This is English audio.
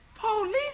Police